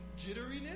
jitteriness